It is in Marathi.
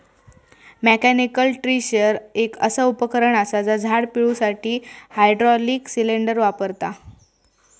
मॅकॅनिकल ट्री शेकर एक असा उपकरण असा जा झाड पिळुसाठी हायड्रॉलिक सिलेंडर वापरता